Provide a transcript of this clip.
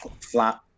flat